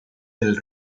del